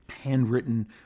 handwritten